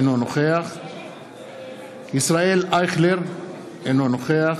אינו נוכח ישראל אייכלר, אינו נוכח